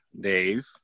Dave